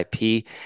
IP